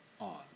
on